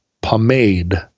Pomade